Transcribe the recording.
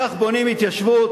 כך בונים התיישבות?